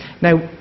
Now